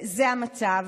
זה המצב,